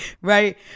Right